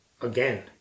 again